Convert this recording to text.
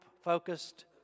focused